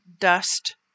dust